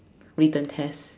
written test